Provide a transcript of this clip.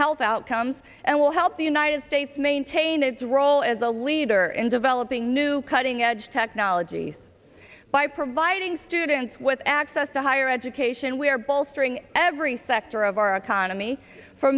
health outcomes and will help the united states maintain its role as a leader in developing new cutting edge technologies by providing students with access to higher education we are bolstering every sector of our economy f